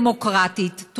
דמוקרטית,